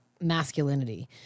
masculinity